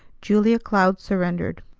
julia cloud surrendered.